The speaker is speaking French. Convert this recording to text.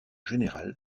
général